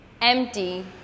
empty